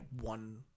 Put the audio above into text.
one